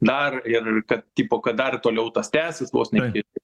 dar ir kad tipo kad dar toliau tas tęsis vos ne iki